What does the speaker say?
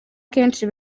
kenshi